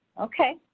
Okay